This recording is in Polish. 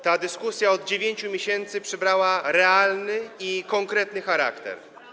Ta dyskusja od 9 miesięcy przybrała realny i konkretny charakter.